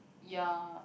ya